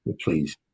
please